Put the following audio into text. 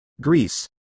Greece